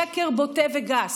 שקר בוטה וגס.